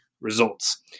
results